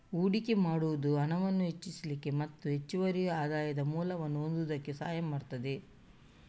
ಹೂಡಿಕೆ ಮಾಡುದು ಹಣವನ್ನ ಹೆಚ್ಚಿಸ್ಲಿಕ್ಕೆ ಮತ್ತೆ ಹೆಚ್ಚುವರಿ ಆದಾಯದ ಮೂಲವನ್ನ ಹೊಂದುದಕ್ಕೆ ಸಹಾಯ ಮಾಡ್ತದೆ